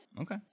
Okay